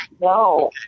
No